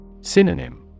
Synonym